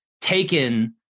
taken